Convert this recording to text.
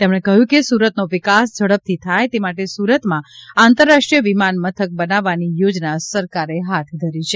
તેમણે કહ્યું કે સુરતનો વિકાસ ઝડપથી થાય તે માટે સુરતમાં આંતરરાષ્ટ્રીય વિમાન મથક બનાવવાની યોજના સરકારે હાથ ધરી છે